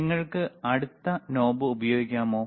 നിങ്ങൾക്ക് അടുത്ത നോബ് ഉപയോഗിക്കാമോ